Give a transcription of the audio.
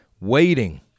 Waiting